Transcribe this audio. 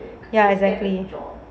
ya exactly